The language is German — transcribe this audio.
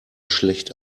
schlecht